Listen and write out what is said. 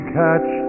catch